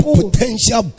potential